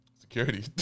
Security